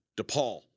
DePaul